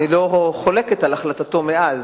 אני לא חולקת על החלטתו מאז.